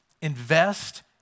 Invest